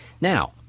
now